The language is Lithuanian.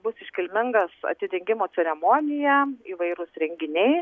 bus iškilmingas atidengimo ceremonija įvairūs renginiai